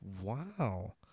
Wow